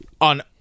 on